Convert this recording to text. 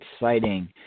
exciting